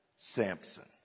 Samson